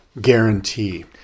guarantee